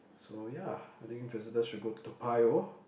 so ya I think visitors should go Toa-Payoh